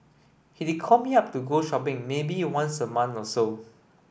he'd call me up to go shopping maybe once a month or so